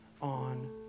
on